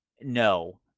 No